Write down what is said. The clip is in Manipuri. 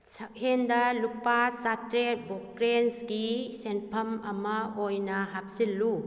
ꯁꯛꯍꯦꯟꯗ ꯂꯨꯄꯥ ꯆꯥꯇꯔꯦꯠ ꯕꯣꯀ꯭ꯔꯦꯟꯁꯀꯤ ꯁꯦꯟꯐꯝ ꯑꯃ ꯑꯣꯏꯅ ꯍꯥꯞꯆꯤꯜꯂꯨ